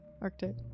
Arctic